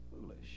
foolish